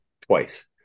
twice